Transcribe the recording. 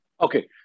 okay